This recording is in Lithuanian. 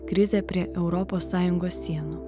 krizę prie europos sąjungos sienų